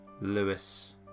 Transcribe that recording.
Lewis